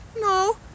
No